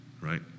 right